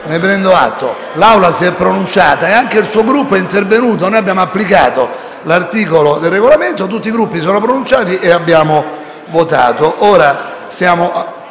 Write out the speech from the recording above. Ne prendo atto. L'Aula si è pronunciata e anche il suo Gruppo è intervenuto. Noi abbiamo applicato l'articolo 92 del Regolamento. Tutti i Gruppi si sono pronunciati e poi abbiamo votato.